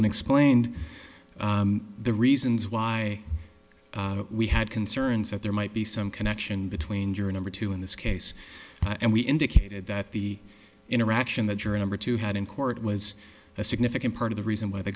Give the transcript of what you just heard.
cohen explained the reasons why we had concerns that there might be some connection between juror number two in this case and we indicated that the interaction that juror number two had in court was a significant part of the reason why the